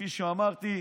כפי שאמרתי,